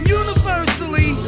universally